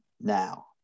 Now